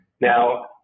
Now